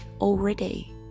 Already